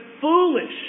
foolish